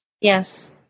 Yes